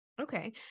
Okay